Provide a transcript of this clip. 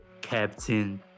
captain